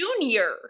Junior